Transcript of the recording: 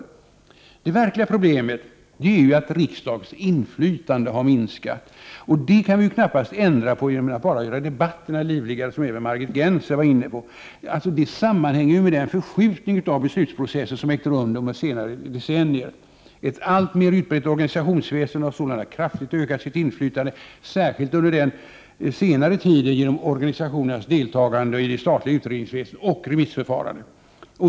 Nej, det verkliga problemet är att riksdagens inflytande har minskat, och det kan vi knappast ändra på bara genom att göra debatterna livligare, som även Margit Gennser var inne på. Det sammanhänger ju med den förskjutning av beslutsprocessen som ägt rum under de senare decennierna. Ett alltmer utbrett organisationsväsende har sålunda kraftigt ökat sitt inflytande, särskilt under senare tid, genom organisationernas deltagande i det statliga utredningsväsendet och remissförfarandet.